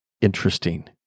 Interesting